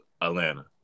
Atlanta